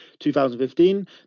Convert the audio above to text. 2015